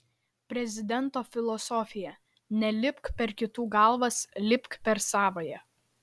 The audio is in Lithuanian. prezidento filosofija nelipk per kitų galvas lipk per savąją